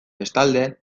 bestalde